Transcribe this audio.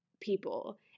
people